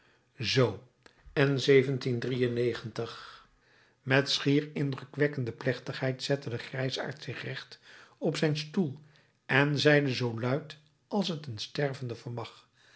zoo en met schier indrukwekkende plechtigheid zette de grijsaard zich recht op zijn stoel en zeide zoo luid als t een stervende vermag